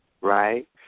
right